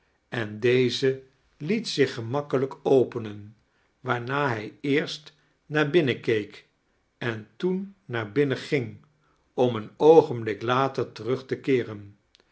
en deze liet zich gemakkelijk openen waarna hij eerst naar binnen keek en toen naar binnen ging om een oogenblik later terug te keeren